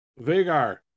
Vagar